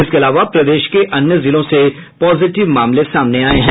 इसके अलावा प्रदेश के अन्य जिलों से पॉजिटिव मामले सामने आये हैं